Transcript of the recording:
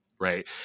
Right